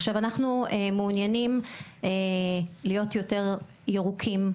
עכשיו אנחנו מעוניינים להיות יותר ירוקים,